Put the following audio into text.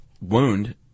wound